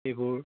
এইবোৰ